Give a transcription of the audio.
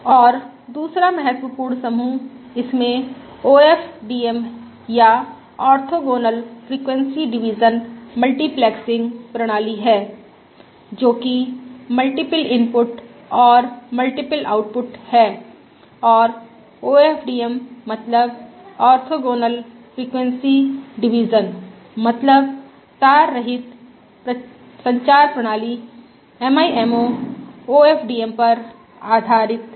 और दूसरा महत्वपूर्ण समूह इस में प्रणाली है OFDM या orthogonal frequency division multiplexing MIMO OFDM प्रणाली जोकि मल्टीपल इनपुट और मल्टीपल निर्गत है और OFDM मतलब ऑर्थोगोनल फ्रिक्वेंसी डिवीजन मतलब तार रहित संचार प्रणाली MIMO OFDM पर आधारित है